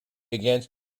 against